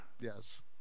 yes